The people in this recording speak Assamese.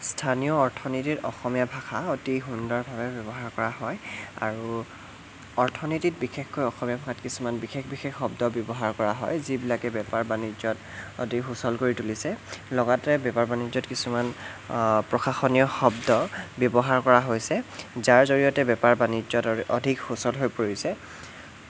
স্থানীয় অৰ্থনীতিত অসমীয়া ভাষা অতি সুন্দৰভাৱে ব্যৱহাৰ কৰা হয় আৰু অৰ্থনীতিত বিশেষকৈ অসমীয়া ভাষাত কিছুমান বিশেষ বিশেষ শব্দ ব্যৱহাৰ কৰা হয় যিবিলাকে বেপাৰ বাণিজ্যত অতি সুচল কৰি তুলিছে লগতে বেপাৰ বাণিজ্যত কিছুমান প্ৰশাসনীয় শব্দ ব্যৱহাৰ কৰা হৈছে যাৰ জৰিয়তে বেপাৰ বাণিজ্যত অধিক সুচল হৈ পৰিছে